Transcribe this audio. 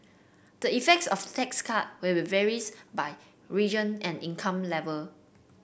the effects of the tax cut will be varies by region and income level